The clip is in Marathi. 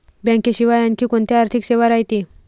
बँकेशिवाय आनखी कोंत्या आर्थिक सेवा रायते?